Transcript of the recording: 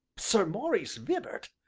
sir maurice vibart?